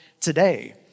today